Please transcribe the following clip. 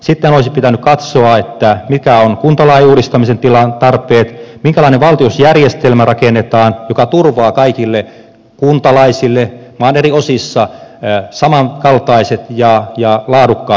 sitten olisi pitänyt katsoa mikä on kuntalain uudistamisen tila tarpeet minkälainen valtionosuusjärjestelmä rakennetaan joka turvaa kaikille kuntalaisille maan eri osissa samankaltaiset ja laadukkaat peruspalvelut